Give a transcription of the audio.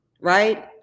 right